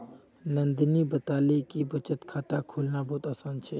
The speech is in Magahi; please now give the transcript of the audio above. नंदनी बताले कि बचत खाता खोलना बहुत आसान छे